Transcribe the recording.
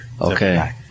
okay